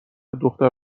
دختر